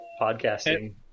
podcasting